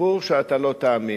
סיפור שאתה לא תאמין.